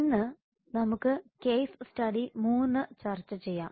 ഇന്ന് നമുക്ക് case study 3 ചർച്ച ചെയ്യാം